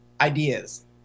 ideas